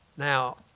Now